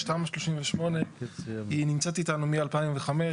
יש תמ"א 38, היא נמצאת איתנו מ-2005.